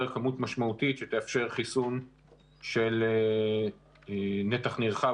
כמות משמעותית שתאפשר חיסון של נתח נרחב,